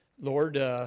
Lord